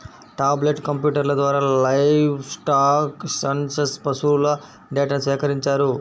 tablet కంప్యూటర్ల ద్వారా livestock census పశువుల డేటాను సేకరించారు